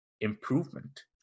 improvement